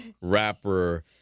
rapper